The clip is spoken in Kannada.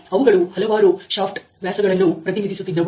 ಅವುಗಳು ಹಲವಾರು ಶಾಫ್ಟ್ ವ್ಯಾಸಗಳನ್ನು ಪ್ರತಿನಿಧಿಸುತ್ತಿದ್ದವು